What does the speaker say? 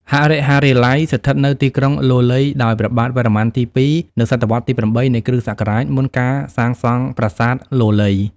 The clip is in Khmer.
ហរិហរាល័យ ស្ថិតនៅទីក្រុងលលៃ ដោយព្រះបាទវរ្ម័នទី២ នៅសតវត្សរ៍ ទី៨ នៃគ្រិស្តសករាជ មុនការសាងសង់ ប្រាសាទលលៃ ។